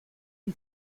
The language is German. die